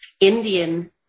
Indian